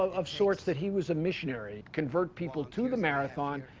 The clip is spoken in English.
of sorts, that he was a missionary. convert people to the marathon,